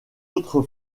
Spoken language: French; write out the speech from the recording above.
autre